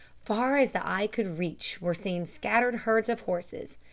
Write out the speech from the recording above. far as the eye could reach were seen scattered herds of horses.